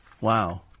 Wow